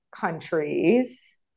countries